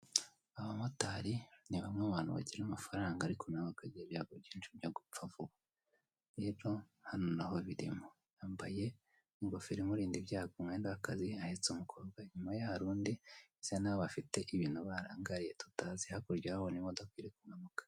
Abamotari ni bamwe mu bantu bagira amafaranga i ariko nabo bakagira ibyago byinshi byo gupfa vuba nk'ibyo hano naho birimo, yambaye ingofero imurinda ibyago umwenda w'akazi ahetse umukobwa, inyuma ye hari undi ndetse nabo bafite ibintu barangariye tutazi hakurya urahabona imodoka iri kumanuka.